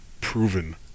proven